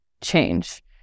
change